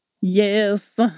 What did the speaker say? Yes